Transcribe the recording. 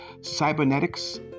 cybernetics